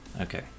Okay